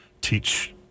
teach